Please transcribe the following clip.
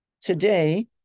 Today